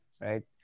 right